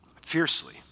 Fiercely